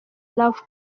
love